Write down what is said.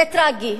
זה טרגי.